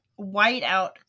whiteout